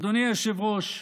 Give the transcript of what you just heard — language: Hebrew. אדוני היושב-ראש,